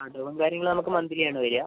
അടവും കാര്യങ്ങളും നമുക്ക് മന്ത്ലി ആണ് വരിക